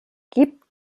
gibt